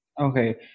Okay